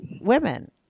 women